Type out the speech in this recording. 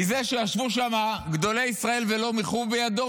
מזה שישבו שם גדולי ישראל ולא מיחו בידו,